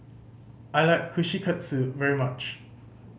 I like Kushikatsu very much